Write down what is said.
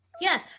Yes